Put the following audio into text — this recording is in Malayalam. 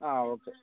ആ ഓക്കെ